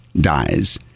dies